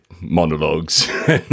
monologues